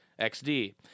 XD